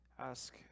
ask